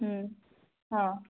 ହଁ